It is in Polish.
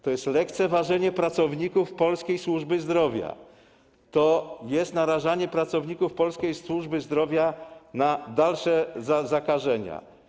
To jest lekceważenie pracowników polskiej służby zdrowia, to jest narażanie pracowników polskiej służby zdrowia na dalsze zakażenia.